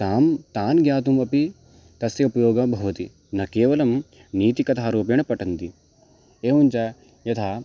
तान् तान् ज्ञातुमपि तस्य उपयोगः भवति न केवलं नीतिकथारूपेण पठन्ति एवञ्च यथा